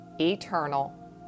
eternal